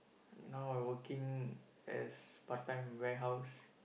now I working as part-time warehouse